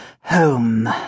Home